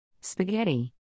Spaghetti